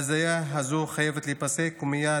ההזיה הזאת חייבת להיפסק ומייד.